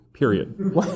period